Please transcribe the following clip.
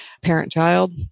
parent-child